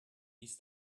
ließ